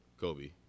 Kobe